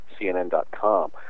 CNN.com